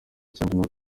cyangwa